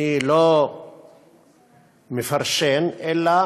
אני לא מפרשן אלא